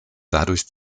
dadurch